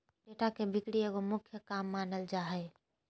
data के बिक्री एगो मुख्य काम मानल जा हइ